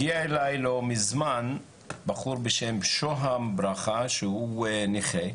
הגיע אלי לא מזמן בחור בשם שוהם ברכה, נכה,